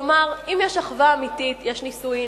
כלומר: אם יש אחווה אמיתית יש נישואים,